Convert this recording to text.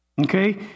okay